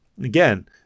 again